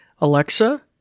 Alexa